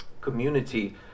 community